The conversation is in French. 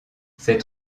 ses